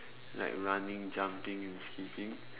like running jumping and sleeping